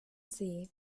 see